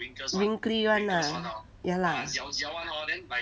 wrinkly [one] ah ya lah